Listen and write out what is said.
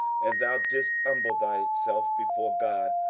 and thou didst humble thyself before god,